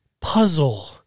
puzzle